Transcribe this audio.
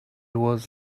was